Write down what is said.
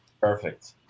perfect